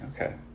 Okay